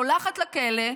שולחת לכלא,